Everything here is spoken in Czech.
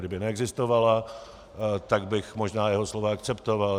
Kdyby neexistovala, tak bych možná jeho slova akceptoval.